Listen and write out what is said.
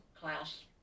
class